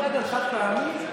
מס על חד-פעמי.